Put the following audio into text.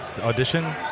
audition